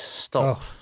stop